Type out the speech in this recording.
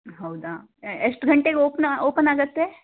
ಹೌದಾ ಎ ಎಷ್ಟು ಗಂಟೆಗೆ ಓಪನ್ ಓಪನ್ ಆಗುತ್ತೆ